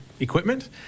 Equipment